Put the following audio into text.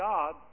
God